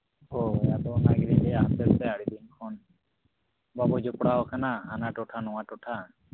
ᱦᱳᱭ ᱟᱫᱚ ᱚᱱᱟᱜᱤᱧ ᱞᱟᱹᱭᱟᱢ ᱠᱟᱱᱛᱮ ᱟᱨᱤᱧ ᱯᱷᱳᱱ ᱵᱟᱵᱚ ᱡᱚᱯᱲᱟᱣᱟᱠᱟᱱᱟ ᱦᱟᱱᱟ ᱴᱚᱴᱷᱟ ᱱᱟᱣᱟ ᱴᱚᱴᱷᱟ